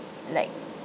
like